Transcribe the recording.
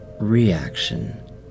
reaction